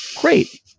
great